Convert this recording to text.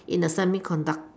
in the semi conductor